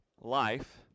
life